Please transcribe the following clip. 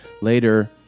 Later